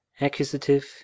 Accusative